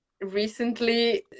recently